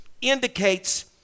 indicates